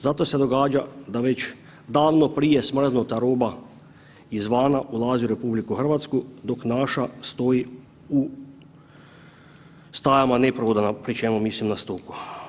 Zato se događa da već davno prije smrznuta roga izvana ulazi u RH dok naša stoji u stajama ne prodana pri čemu mislim na stoku.